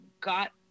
got